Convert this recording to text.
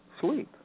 sleep